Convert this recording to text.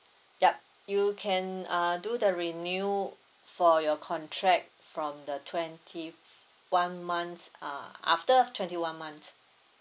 yup you can uh do the renew for your contract from the twenty f~ one month uh after twenty one month